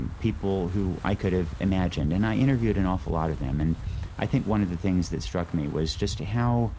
and people who i could have imagined. and i interviewed an awful lot of them. and i think that one of the things that struck me was just how